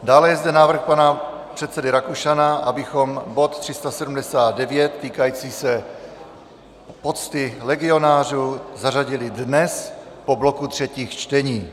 Dále je zde návrh pana předsedy Rakušana, abychom bod 379 týkající se pocty legionářům, zařadili dnes po bloku třetích čtení.